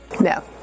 No